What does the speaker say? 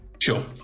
Sure